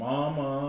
Mama